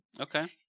Okay